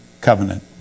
covenant